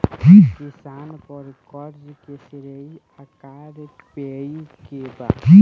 किसान पर क़र्ज़े के श्रेइ आउर पेई के बा?